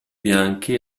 bianchi